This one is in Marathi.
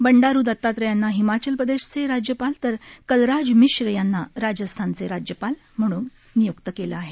बंडारु दतात्रय यांना हिमाचल प्रदेशचे राज्यपाल तर कलराज मिश्र यांना राजस्थानचे राज्यपाल म्हणून निय्क्त केलं आहे